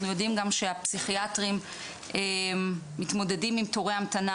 יודעים גם שהפסיכיאטרים מתמודדים עם תורי המתנה,